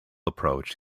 approach